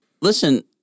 Listen